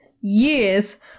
years